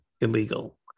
illegal